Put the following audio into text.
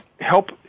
help